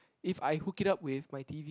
if I hook it up with my T_V